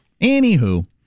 Anywho